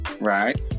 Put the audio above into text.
right